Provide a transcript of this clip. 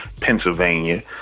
Pennsylvania